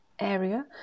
Area